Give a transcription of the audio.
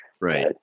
Right